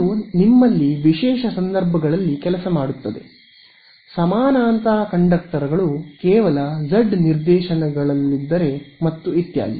ಅದು ನಿಮ್ಮಲ್ಲಿ ವಿಶೇಷ ಸಂದರ್ಭಗಳಲ್ಲಿ ಕೆಲಸ ಮಾಡುತ್ತದೆ ಸಮಾನಾಂತರ ಕಂಡಕ್ಟರ್ಗಳು ಕೇವಲ Z ಡ್ ನಿರ್ದೇಶನಗಳಲ್ಲಿದ್ದರೆ ಮತ್ತು ಇತ್ಯಾದಿ